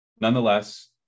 nonetheless